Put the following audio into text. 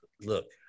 look